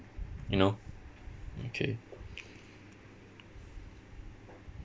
you know okay